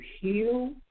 heal